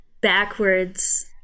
backwards